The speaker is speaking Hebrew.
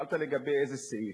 על כל פנים, שאלת לגבי איזה סעיף,